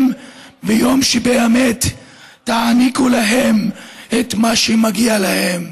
ביום שבאמת תעניקו להם את מה שמגיע להם.